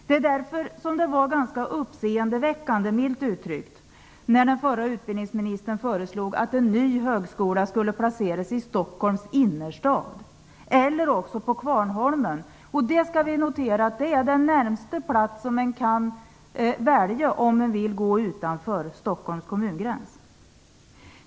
Det är därför som det milt uttryckt var ganska uppseendeväckande när den förra utbildningsministern föreslog att en ny högskola skulle placeras i Stockholms innerstad eller också på Kvarnholmen. Vi skall notera att det är den närmsta plats som man kan välja om man vill gå utanför Stockholms kommungräns.